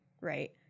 right